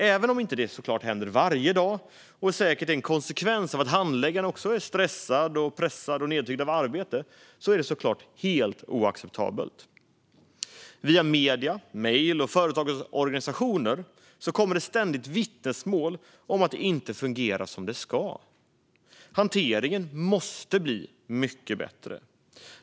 Även om det såklart inte händer varje dag och säkert är en konsekvens av att handläggaren också är stressad, pressad och nedtyngd av arbete är det helt oacceptabelt. Via medier, mejl och företagarorganisationer kommer det ständigt vittnesmål om att det inte fungerar som det ska. Hanteringen måste bli mycket bättre.